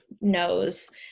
knows